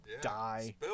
die